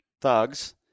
thugs